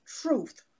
Truth